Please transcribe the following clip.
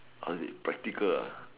how is it practical ah